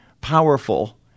powerful